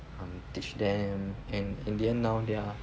um teach them and in the end now they're